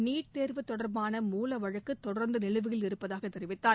NEET தேர்வு தொடர்பான மூல வழக்கு தொடர்ந்து நிலுவையில் இருப்பதாக தெரிவித்தார்